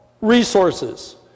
resources